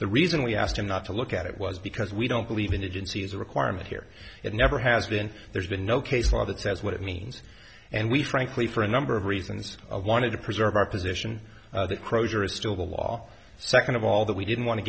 the reason we asked him not to look at it was because we don't believe in it in c as a requirement here it never has been there's been no case law that says what it means and we frankly for a number of reasons i wanted to preserve our position that crozier is still the law second of all that we didn't want to